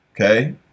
Okay